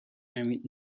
mijn